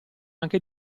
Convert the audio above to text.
anche